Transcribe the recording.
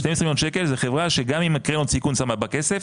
12 מיליון שקל זה חברה שגם עם קרן הון סיכון שמה בה כסף,